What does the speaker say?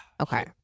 Okay